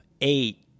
eight